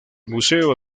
museo